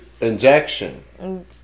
injection